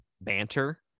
banter